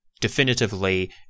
definitively